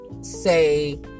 say